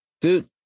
Dude